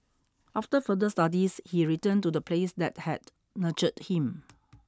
after further studies he returned to the place that had nurtured him